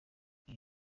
iyi